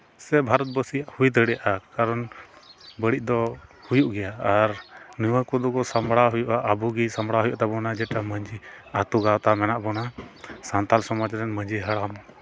ᱥᱮ ᱵᱷᱟᱨᱚᱛ ᱵᱟᱥᱤᱭᱟᱜ ᱦᱩᱭ ᱫᱟᱲᱮᱭᱟᱜᱼᱟ ᱠᱟᱨᱚᱱ ᱵᱟᱹᱲᱤᱡ ᱫᱚ ᱦᱩᱭᱩᱜ ᱜᱮᱭᱟ ᱟᱨ ᱱᱚᱣᱟ ᱠᱚᱫᱚ ᱠᱚ ᱥᱟᱸᱵᱽᱲᱟᱣ ᱦᱩᱭᱩᱜᱼᱟ ᱟᱵᱚ ᱜᱮ ᱥᱟᱸᱵᱽᱲᱟᱣ ᱦᱩᱭᱩᱜ ᱛᱟᱵᱚᱱᱟ ᱡᱮᱴᱟ ᱢᱟᱺᱡᱷᱤ ᱟᱹᱛᱩ ᱜᱟᱶᱛᱟ ᱢᱮᱱᱟᱜ ᱵᱚᱱᱟ ᱥᱟᱱᱛᱟᱲ ᱥᱚᱢᱟᱡᱽ ᱨᱮᱱ ᱢᱟᱺᱡᱷᱤ ᱦᱟᱲᱟᱢ